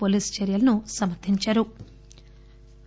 police చర్యలను సమర్గించారు